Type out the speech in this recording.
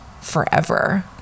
forever